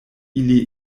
ili